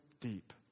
deep